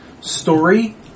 story